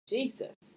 Jesus